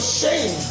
shame